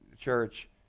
Church